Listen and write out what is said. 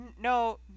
No